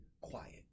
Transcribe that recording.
quiet